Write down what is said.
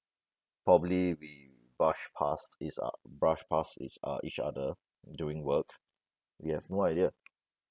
probably we brushed past is uh brushed past each uh each other during work we have no idea